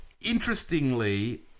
Interestingly